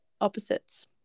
opposites